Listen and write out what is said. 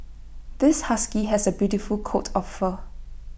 this husky has A beautiful coat of fur